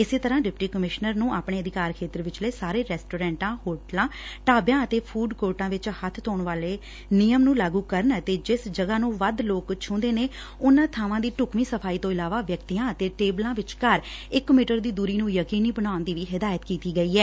ਇਸੇ ਤਰੁਾਂ deputy commissioner ਨੂਂ ਆਪਣੇ ਅਧਿਕਾਰ ਖੇਤਰ ਵਿਚਲੇ ਸਾਰੇ ਰੈਸਟੋਰੈਂਟਾਂ ਹੋਟਲਾਂ ਢਾਬਿਆਂ ਅਤੇ ਫੁਡ ਕੋਰਟਾਂ ਵਿਚ ਹੱਬ ਧੋਣ ਵਾਲੇ ਨਿਯਮ ਨੰ ਲਾਗੁ ਕਰਨ ਅਤੇ ਜਿਸ ਜਗਾਂ ਨੰ ਵੱਧ ਲੋਕ ਛੰਹਦੇ ਨੇ ਉਨੁਾਂ ਬਾਵਾਂ ਦੀ ਢੁਕਵੀ ਸਫਾਈ ਤੋ ਇਲਾਵਾ ਵਿਅਕਤੀਆਂ ਅਤੇ ਟੇਬਲਾਂ ਵਿਚਕਾਰ ਇਕ ਮੀਟਰ ਦੀ ਦੁਰੀ ਨੂੰ ਯਕੀਨੀ ਬਣਾਉਣ ਦੀ ਵੀ ਹਦਾਇਤ ਦਿੱਤੀ ਗਈ ਐ